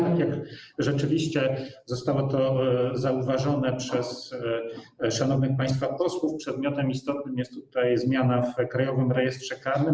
Tak jak rzeczywiście zostało to zauważone przez szanownych państwa posłów, istotnym przedmiotem jest tutaj zmiana w Krajowym Rejestrze Karnym.